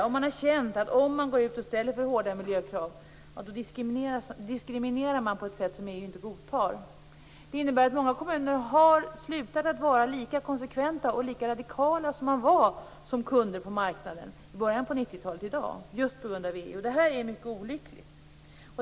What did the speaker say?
Kommunerna har känt att om de går ut och ställer för hårda miljökrav diskriminerar de på ett sätt som EU inte godtar. Detta innebär att många kommuner har slutat att vara lika konsekventa och lika radikala i dag som de var som kunder på marknaden i början av 90-talet just på grund av EU. Det är mycket olyckligt.